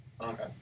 Okay